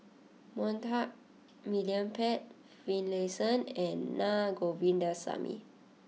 Monta William Pett Finlayson and Na Govindasamy